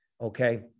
okay